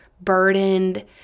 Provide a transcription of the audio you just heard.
burdened